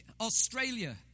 Australia